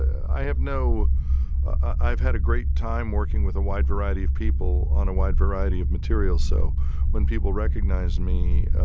i have no i've had a great time working with a wide variety of people on a wide variety of material. so when people recognize me,